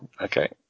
Okay